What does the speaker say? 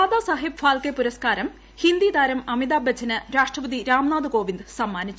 ദാദാസാഹേബ് ഫാൽക്കെ പുരസ്ക്കാരം ഹിന്ദി താരം അമിതാബ് ബച്ചന് രാഷ്ട്രപതി രാംനാഥ് കോവിന്ദ് സമ്മാനിച്ചു